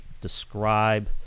describe